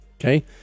Okay